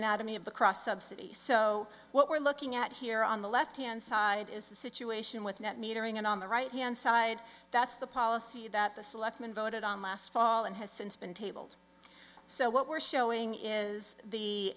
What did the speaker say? the cross subsidy so what we're looking at here on the left hand side is the situation with net metering and on the right hand side that's the policy that the selectmen voted on last fall and has since been tabled so what we're showing is the